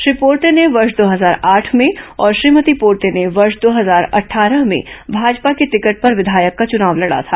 श्री पोर्ते ने वर्ष दो हजार आठ में और श्रीमती पोर्ते ने वर्ष दो हजार अट्ठारह में भाजपा की टिकट पर विधायक का चुनाव लड़ा था